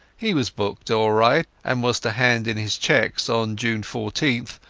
he was booked all right, and was to hand in his checks on june fourteenth,